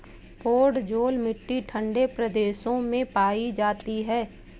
podzol मिट्टी ठंडे प्रदेशों में पाई जाती है